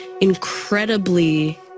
incredibly